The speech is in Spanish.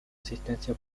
asistencia